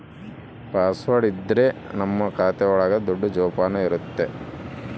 password ಇದ್ರೆ ನಮ್ ಖಾತೆ ಒಳಗ ದುಡ್ಡು ಜೋಪಾನ ಇರುತ್ತೆ